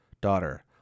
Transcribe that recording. Daughter